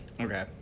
okay